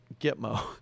Gitmo